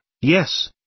yes